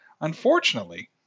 Unfortunately